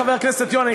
חבר הכנסת יונה,